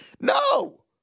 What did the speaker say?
No